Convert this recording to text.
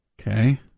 okay